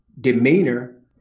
demeanor